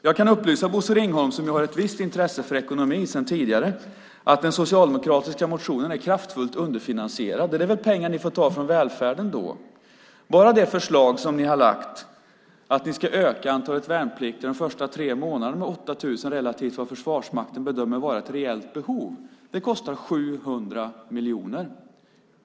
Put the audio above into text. Jag kan upplysa Bosse Ringholm, som har ett visst intresse för ekonomin sedan tidigare, om att den socialdemokratiska motionen är kraftfullt underfinansierad. Det är väl pengar som ni får ta från välfärden. Bara det förslag som ni har lagt fram om att öka antalet värnpliktiga under de första tre månaderna med 8 000 relativt vad Försvarsmakten bedömer vara ett reellt behov kostar 700 miljoner.